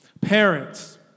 Parents